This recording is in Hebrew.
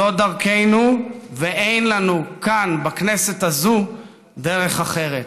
זו דרכנו, ואין לנו כאן, בכנסת הזאת, דרך אחרת.